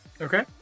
okay